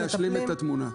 רק כדי להשלים את התמונה.